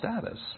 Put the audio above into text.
status